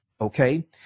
okay